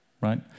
right